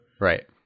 Right